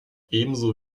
ebenso